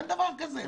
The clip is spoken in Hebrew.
אין דבר כזה.